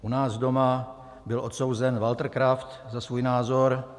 U nás doma byl odsouzen Walter Kraft za svůj názor.